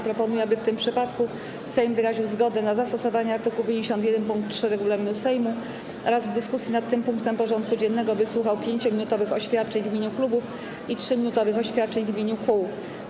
Proponuję, aby w tym przypadku Sejm wyraził zgodę na zastosowanie art. 51 pkt 3 regulaminu Sejmu oraz w dyskusji nad tym punktem porządku dziennego wysłuchał 5-minutowych oświadczeń w imieniu klubów i 3-minutowych oświadczeń w imieniu kół.